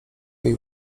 ich